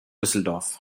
düsseldorf